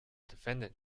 defendant